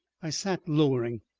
i sat lowering,